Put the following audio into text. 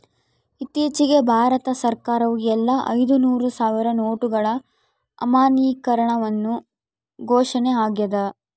ಇತ್ತೀಚಿಗೆ ಭಾರತ ಸರ್ಕಾರವು ಎಲ್ಲಾ ಐದುನೂರು ಸಾವಿರ ನೋಟುಗಳ ಅಮಾನ್ಯೀಕರಣವನ್ನು ಘೋಷಣೆ ಆಗ್ಯಾದ